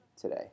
today